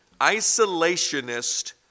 isolationist